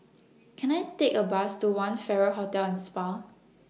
Can I Take A Bus to one Farrer Hotel and Spa